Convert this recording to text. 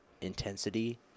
intensity